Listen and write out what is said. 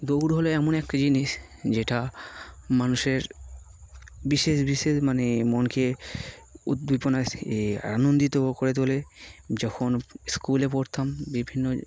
দৌড় হলো এমন একটা জিনিস যেটা মানুষের বিশেষ বিশেষ মানে মনকে উদ্দীপনায় এ আনন্দিত করে তোলে যখন স্কুলে পড়তাম বিভিন্ন